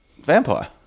Vampire